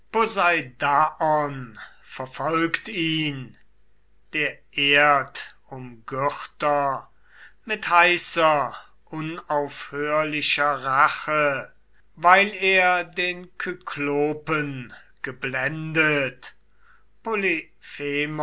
verfolgt ihn der erdumgürter mit heißer unaufhörlicher rache weil er den kyklopen